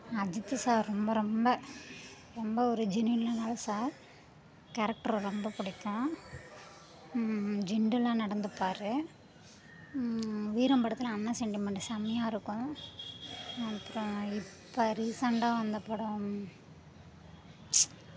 Ajith sir ரொம்ப ரொம்ப ரொம்ப ஒரு ஜெனியுனான சார் கேரக்ட்ரும் ரொம்ப பிடிக்கும் ஜென்டிலாக நடந்துப்பார் வீரம் படத்தில் அண்ணன் செண்டிமெண்ட் செம்மையா இருக்கும் அப்றம் இப்போ ரீசெண்டாக வந்த படம்